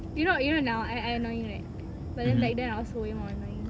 you know you know now I I annoying right but then back then I was way more annoying